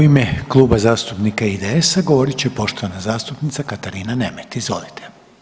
U ime Kluba zastupnika IDS-a govorit će poštovana zastupnica Katarina Nemet, izvolite.